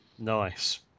Nice